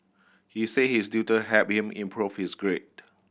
he said his tutor helped him improve his grade